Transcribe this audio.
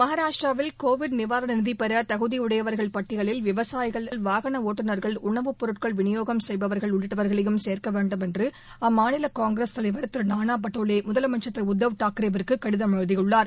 மகாராஷ்டிராவில் கோவிட் நிவாரண நிதி பெற தகுதியுடையவர்கள் பட்டியலில் விவசாயிகள் வாகன ஒட்டுநர்கள் உணவு பொருட்கள் விநியோகம் செய்பவர்கள் உள்ளிட்டவர்களையும் சேர்க்க வேண்டும் என்று அம்மாநில காங்கிரஸ் தலைவர் திரு நானா பட்டோல் முதலனமச்சர் திரு உத்தவ்தாக்கரேவுக்கு கடிதம் எழுதியுள்ளார்